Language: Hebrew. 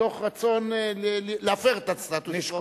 מתוך רצון להפר את הסטטוס-קוו.